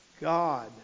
God